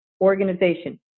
organization